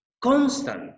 constant